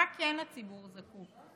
למה כן הציבור זקוק?